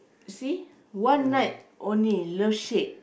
see one night only love shack